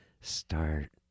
start